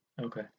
Okay